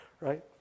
Right